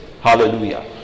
Hallelujah